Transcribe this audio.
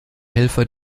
helfer